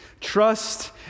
Trust